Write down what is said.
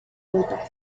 notas